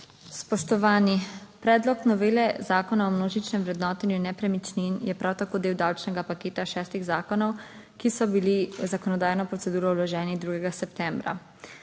Spoštovani! Predlog novele Zakona o množičnem vrednotenju nepremičnin je prav tako del davčnega paketa šestih zakonov, ki so bili v zakonodajno proceduro vloženi 2. septembra.